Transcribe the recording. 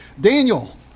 Daniel